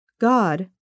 God